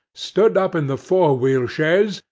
stood up in the four-wheel chaise,